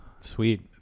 sweet